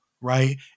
right